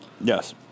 Yes